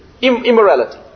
immorality